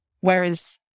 whereas